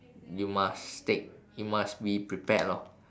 you must take you must be prepared lor